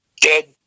Dead